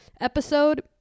episode